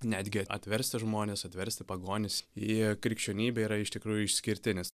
netgi atversti žmones atversti pagonis į krikščionybę yra iš tikrųjų išskirtinis